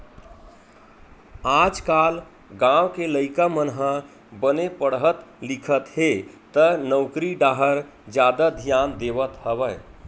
आजकाल गाँव के लइका मन ह बने पड़हत लिखत हे त नउकरी डाहर जादा धियान देवत हवय